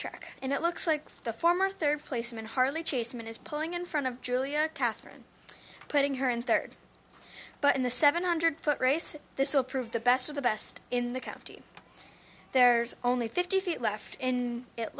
track and it looks like the former third placement harley chasen is pulling in front of julia catherine putting her in third but in the seven hundred foot race this will prove the best of the best in the county there's only fifty feet left in it